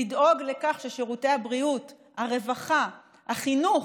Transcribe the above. לדאוג לכך ששירותי הבריאות, הרווחה, החינוך,